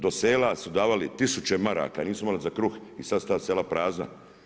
Do sela su davali 1000 maraka, nisu imali za kruh i sad su ta sela prazna.